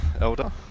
Elder